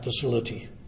facility